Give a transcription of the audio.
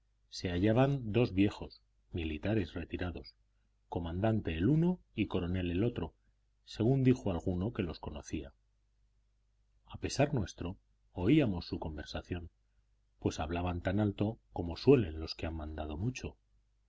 se hallaban dos viejos militares retirados comandante el uno y coronel el otro según dijo alguno que los conocía a pesar nuestro oíamos su conversación pues hablaban tan alto como suelen los que han mandado mucho